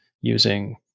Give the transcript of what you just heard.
using